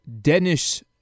Dennis